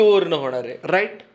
right